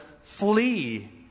Flee